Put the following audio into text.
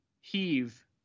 heave